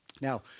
Now